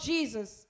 Jesus